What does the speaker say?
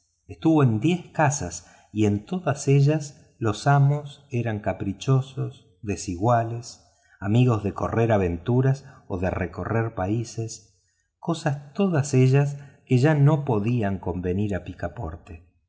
estuvo en diez casas y en todas ellas los amos eran caprichosos desiguales amigos de correr aventuras o de recorrer paises cosas todas ellas que ya no podían convenir a picaporte